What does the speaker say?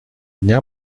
дня